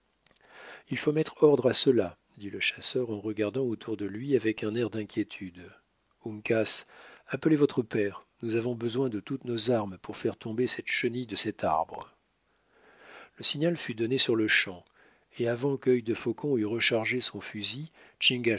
il faut mettre ordre à cela dit le chasseur en regardant autour de lui avec un air d'inquiétude uncas appelez votre père nous avons besoin de toutes nos armes pour faire tomber cette chenille de cet arbre le signal fut donné sur-le-champ et avant quœil defaucon eût rechargé son fusil